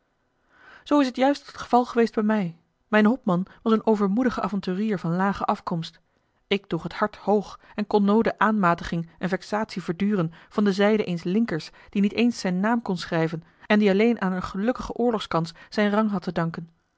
zoo is t juist het geval geweest bij mij mijn hopman was een overmoedige avonturier van lage afkomst ik droeg het hart hoog en kon noode aanmatiging en vexatie verduren van de zijde eens linkers die niet eens zijn naam kon schrijven en die alleen aan eene gelukkige oorlogskans zijn rang had te danken